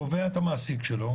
הוא תובע את המעסיק שלו,